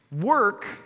Work